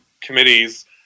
committees